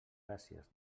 gràcies